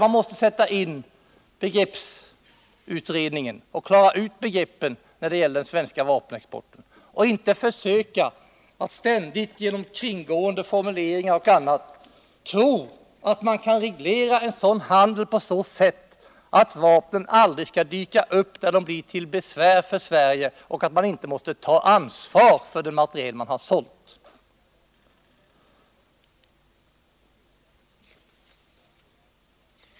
Man måste klara ut begreppen där när det gäller den svenska vapenexporten och får inte tro att man kan genom kringgående formuleringar och på annat sätt reglera handeln på ett sådant sätt att vapnen aldrig skall kunna dyka upp eller bli till besvär för Sverige. Inte heller får man underlåta att ta ansvar för den materiel som man har sålt.